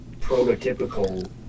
prototypical